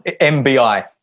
MBI